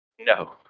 No